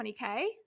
20k